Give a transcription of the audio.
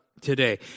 today